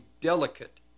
delicate